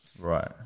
Right